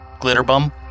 Glitterbum